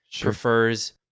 prefers